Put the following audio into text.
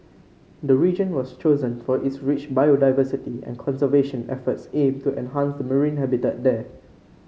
the region was chosen for its rich biodiversity and conservation efforts aim to enhance the marine habitat there